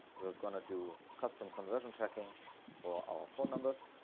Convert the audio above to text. we're gonna do custom conversion tracking for our phone numbers.